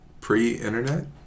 pre-internet